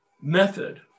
method